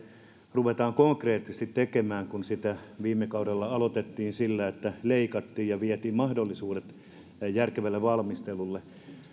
ruvetaan konkreettisesti tekemään kun sitä viime kaudella aloitettiin sillä että leikattiin ja vietiin mahdollisuudet järkevälle valmistelulle